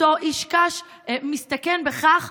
אותו איש קש מסתכן בכך,